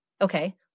Okay